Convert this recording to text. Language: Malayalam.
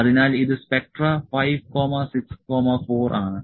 അതിനാൽ ഇത് സ്പെക്ട്ര 5 6 4 ആണ്